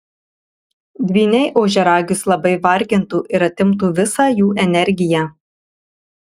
dvyniai ožiaragius labai vargintų ir atimtų visą jų energiją